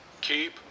Keep